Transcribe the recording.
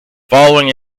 following